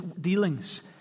dealings